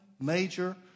major